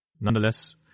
Nonetheless